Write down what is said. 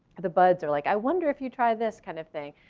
the buds are like, i wonder if you try this kind of thing.